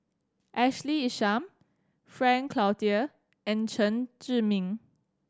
Ashley Isham Frank Cloutier and Chen Zhiming